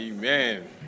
Amen